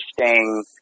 interesting